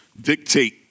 dictate